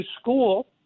school